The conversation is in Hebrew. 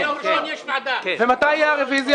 בשעה 10. ומתי תהיה הרביזיה?